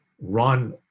run